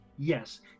yes